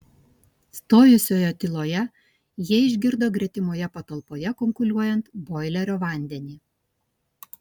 stojusioje tyloje jie išgirdo gretimoje patalpoje kunkuliuojant boilerio vandenį